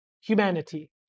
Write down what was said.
humanity